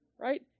right